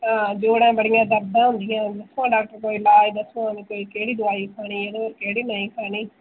हां जोड़ें च बडियां दर्दां होदियां डाक्टर जी कोई इलाज दस्सो कोई केह्ड़ी दवाई खानी ऐ केहड़ी नेईं खानी